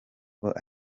ngo